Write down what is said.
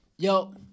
Yo